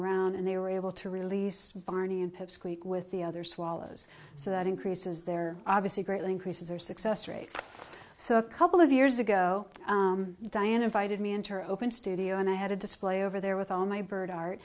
around and they were able to release barney and pip squeak with the other swallows so that increases their obviously greatly increases their success rate so a couple of years ago diane invited me into her open studio and i had a display over there with all my bird art